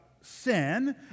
sin